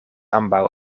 ambaŭ